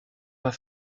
pas